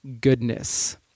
goodness